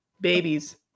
babies